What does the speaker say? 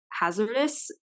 hazardous